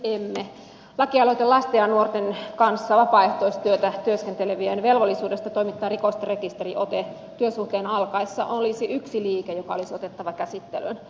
lakialoite lasten ja nuorten kanssa vapaaehtoistyötä tekevien velvollisuudesta toimittaa rikosrekisteriote työsuhteen alkaessa olisi yksi liike joka olisi otettava käsittelyyn